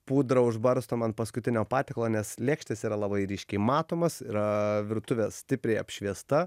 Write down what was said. pudrą užbarstom ant paskutinio patiekalo nes lėkštės yra labai ryškiai matomos yra virtuvė stipriai apšviesta